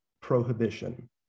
prohibition